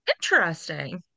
interesting